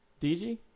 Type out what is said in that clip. DG